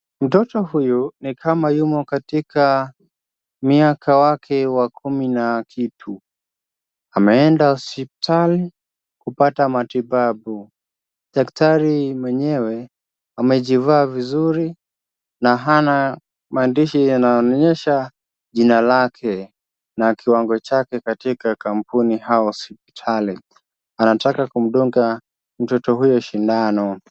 Mtoto huyu ni kama yumo katika miaka yake ya kumi na kitu. Ameenda hospitali kupata matibabu. Daktari mwenyewe amejivaa vizuri na hana maandishi yana onyesha jina lake na kiwango chake katika kampuni ya hospitali. Anataka kumdunga mtoto huyo sindano.